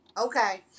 okay